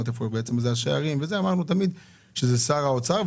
ואיפה יהיו השערים אמרנו תמיד שזה שר האוצר,